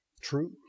True